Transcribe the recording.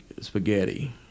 spaghetti